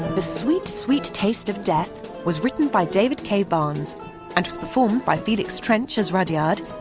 the sweet, sweet taste of death was written by david k. barnes and was performed by felix trench as rudyard,